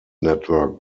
network